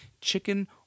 chicken